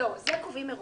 לא, את זה קובעים מראש,